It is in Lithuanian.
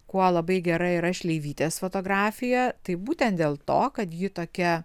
kuo labai gera yra šleivytės fotografija tai būtent dėl to kad ji tokia